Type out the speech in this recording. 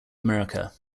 america